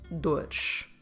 dores